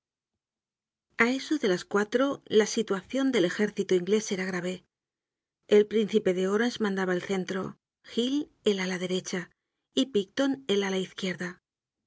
a eso de las cuatro la situacion del ejército inglés era grave el príncipe de orange mandaba el centro hill el ala derecha y picton el ala izquierda